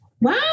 Wow